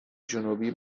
جنوبی